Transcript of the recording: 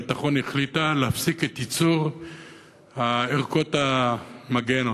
הביטחון החליטה להפסיק את ייצור ערכות המגן,